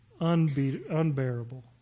unbearable